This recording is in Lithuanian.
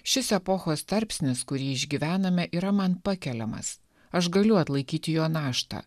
šis epochos tarpsnis kurį išgyvename yra man pakeliamas aš galiu atlaikyti jo naštą